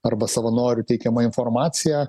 arba savanorių teikiama informacija